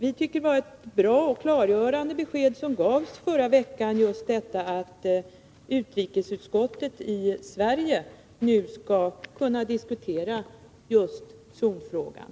Vi tycker att det var ett bra och klargörande besked som gavs förra veckan — att utrikesutskottet i Sverige nu skall kunna diskutera zonfrågan.